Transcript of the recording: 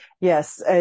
yes